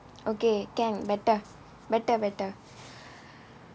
okay can better better better